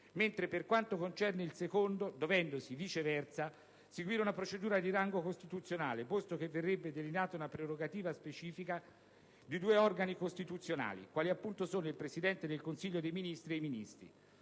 mentre per quanto concerne il secondo, dovendosi, viceversa, seguire una procedura di rango costituzionale, posto che verrebbe delineata una prerogativa specifica di due organi costituzionali, quali appunto sono il Presidente del Consiglio dei ministri e i Ministri.